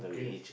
okay